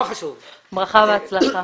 ברכה והצלחה.